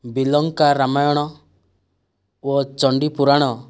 ବିଲଙ୍କା ରାମାୟଣ ଓ ଚଣ୍ଡିପୁରାଣ